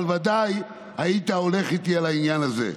אבל ודאי היית הולך איתי על העניין הזה.